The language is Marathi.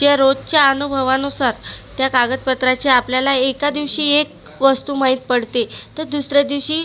ज्या रोजच्या अनुभवानुसार त्या कागदपत्राची आपल्याला एका दिवशी एक वस्तू माहित पडते तर दुसऱ्या दिवशी